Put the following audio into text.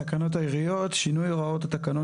תקנות העיריות (שינוי הוראות התקנון